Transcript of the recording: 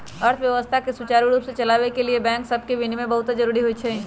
अर्थव्यवस्था के सुचारू रूप से चलाबे के लिए बैंक सभके विनियमन बहुते जरूरी होइ छइ